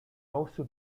also